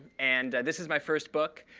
and this is my first book.